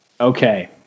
Okay